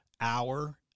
hour